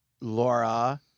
Laura